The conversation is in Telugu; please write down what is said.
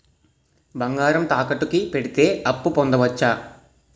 బంగారం తాకట్టు కి పెడితే అప్పు పొందవచ్చ?